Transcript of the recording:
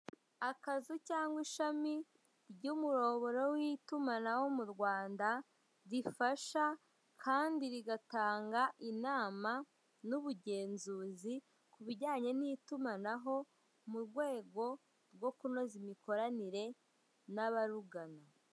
Akazu cyangwa ishami ry'umuyoboro w'itumanaho mu Rwanda rifasha kandi rigatanga inama n'ubugenzuzi ku bijyanye n'itumanaho mu rwego rwo kunoza imikoranire n'abarugana.